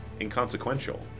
inconsequential